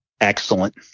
excellent